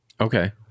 Okay